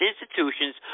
institutions